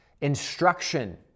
Instruction